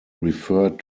referred